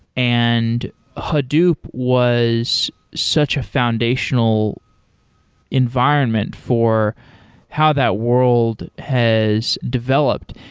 and hadoop was such a foundational environment for how that world has developed.